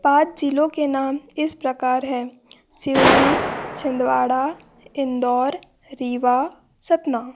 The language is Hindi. पाँच ज़िलों के नाम इस प्रकार हैं सिवनी छिंदवाड़ा इंदौर रीवा सतना